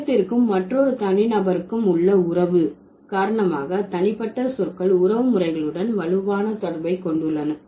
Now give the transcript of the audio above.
சுயத்திற்கும் மற்றொரு தனிநபருக்கும் உள்ள இந்த உறவு காரணமாக தனிப்பட்ட சொற்கள் உறவுமுறைகளுடன் வலுவான தொடர்பை கொண்டுள்ளன